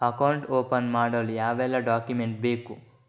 Account open ಮಾಡಲು ಯಾವೆಲ್ಲ document ಬೇಕು?